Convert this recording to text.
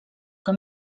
que